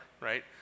right